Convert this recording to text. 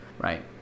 right